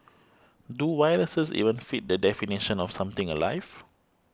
do viruses even fit the definition of something alive